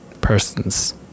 person's